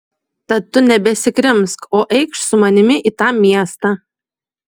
tad tu nebesikrimsk o eikš su manimi į tą miestą